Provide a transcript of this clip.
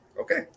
Okay